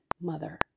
mother